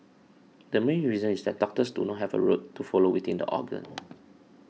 the main reason is that doctors do not have a route to follow within the organ